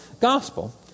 gospel